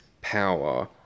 power